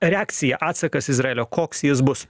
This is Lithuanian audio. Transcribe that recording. reakcija atsakas izraelio koks jis bus